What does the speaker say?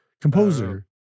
composer